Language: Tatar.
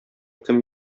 кем